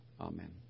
Amen